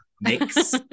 mix